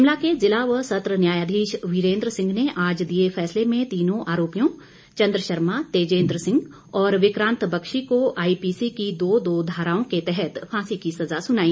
शिमला के जिला व सत्र न्यायाधीश वीरेन्द्र सिंह ने आज दिए फैसले में तीनों आरोपियों चंद्र शर्मा तेजेन्द्र सिंह और विक्रांत बख्शी को आईपीसी की दो दो धाराओं के तहत फांसी की सजा सुनाई